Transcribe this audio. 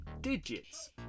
digits